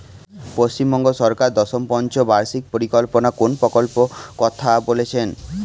পশ্চিমবঙ্গ সরকার দশম পঞ্চ বার্ষিক পরিকল্পনা কোন প্রকল্প কথা বলেছেন?